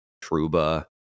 Truba